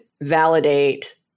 validate